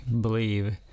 believe